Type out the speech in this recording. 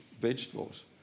vegetables